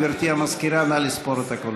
גברתי המזכירה, נא לספור את הקולות.